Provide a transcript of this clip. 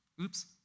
Oops